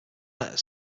letter